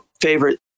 favorite